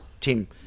Tim